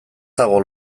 dago